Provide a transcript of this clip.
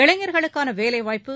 இளைஞர்களுக்கான வேலை வாய்ப்பு